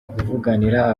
kuvuganira